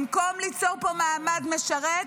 במקום ליצור פה מעמד משרת,